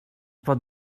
pot